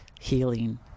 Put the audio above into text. healing